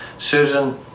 Susan